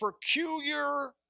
peculiar